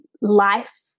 life